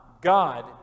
God